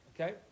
Okay